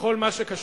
בכל מה שקשור,